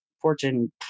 Fortune